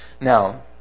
Now